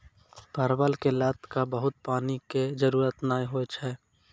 परवल के लत क बहुत पानी के जरूरत नाय होय छै